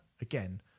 again